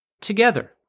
together